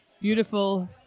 beautiful